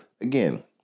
again